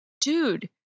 dude